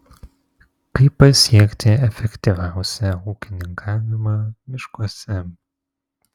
kaip pasiekti efektyviausią ūkininkavimą miškuose